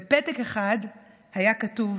בפתק אחד היה כתוב